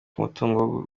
umutungo